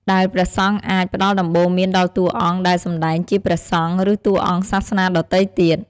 ដែលព្រះសង្ឃអាច ផ្ដល់ដំបូន្មានដល់តួអង្គដែលសម្ដែងជាព្រះសង្ឃ ឬតួអង្គសាសនាដទៃទៀត។